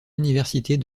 universités